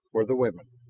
were the women.